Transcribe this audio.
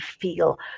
feel